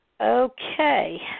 Okay